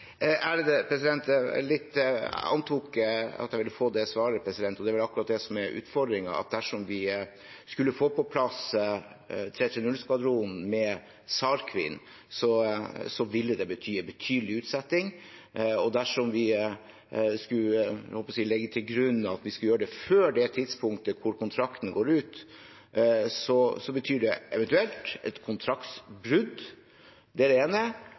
antok at jeg ville få det svaret. Det er vel akkurat det som er utfordringen, at dersom vi skulle få på plass 330-skvadronen med SAR Queen, så ville det bety en betydelig utsettelse. Og dersom vi skulle – jeg holdt på å si – legge til grunn at vi skulle gjøre det før kontrakten går ut, betyr det eventuelt et kontraktsbrudd. Det er